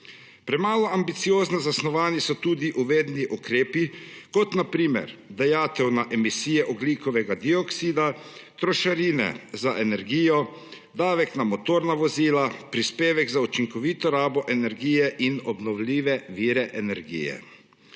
Premalo ambiciozno zasnovani so tudi uvedeni ukrepi, kot na primer dajatev na emisije ogljikovega dioksida, trošarine za energijo, davek na motorna vozila, prispevek za učinkovito rabo energije in obnovljive vire energije.